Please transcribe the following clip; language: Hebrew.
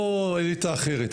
הו, אליטה אחרת.